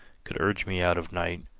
could urge me out of night.